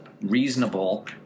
reasonable